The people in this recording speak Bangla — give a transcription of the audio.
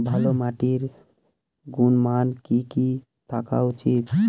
ভালো মাটির গুণমান কি কি থাকা উচিৎ?